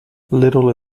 little